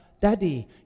Daddy